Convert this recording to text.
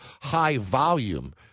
high-volume